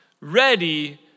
ready